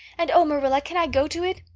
and, oh, marilla, can i go to it?